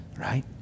Right